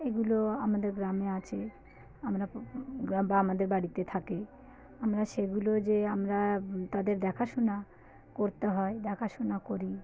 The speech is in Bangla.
এগুলো আমাদের গ্রামে আছে আমরা বা আমাদের বাড়িতে থাকে আমরা সেগুলো যে আমরা তাদের দেখাশোনা করতে হয় দেখাশোনা করি